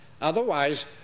otherwise